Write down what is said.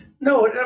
No